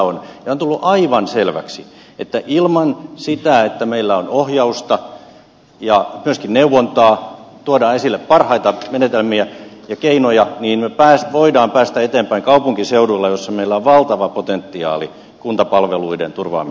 on tullut aivan selväksi että sen avulla että meillä on ohjausta ja myöskin neuvontaa tuodaan esille parhaita menetelmiä ja keinoja me voimme päästä eteenpäin kaupunkiseuduilla joissa meillä on valtava potentiaali kuntapalveluiden turvan